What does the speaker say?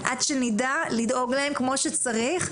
עד שנדע לדאוג להם כמו שצריך,